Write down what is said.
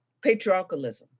patriarchalism